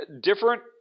different